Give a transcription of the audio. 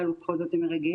אבל בכל זאת זה מרגש,